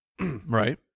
right